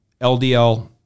LDL